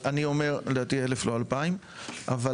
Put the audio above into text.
לא 2,000. אבל ,